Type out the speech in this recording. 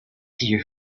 see